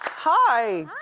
hi.